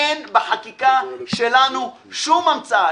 אין בחקיקה שלנו שום המצאה.